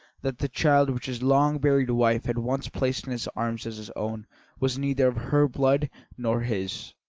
that the child which his long-buried wife had once placed in his arms as his own was neither of her blood nor his,